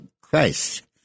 Christ